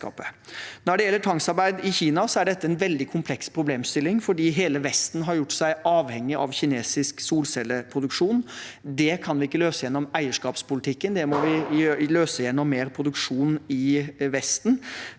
Når det gjelder tvangsarbeid i Kina, er dette en veldig kompleks problemstilling fordi hele Vesten har gjort seg avhengig av kinesisk solcelleproduksjon. Det kan vi ikke løse gjennom eierskapspolitikken, det må vi løse gjennom mer produksjon i Vesten.